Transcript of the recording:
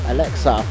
Alexa